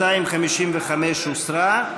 255 הוסרה.